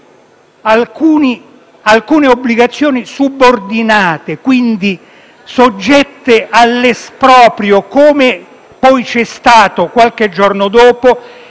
alcune obbligazioni subordinate, quindi soggette all'esproprio - come avvenuto qualche giorno dopo